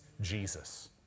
Jesus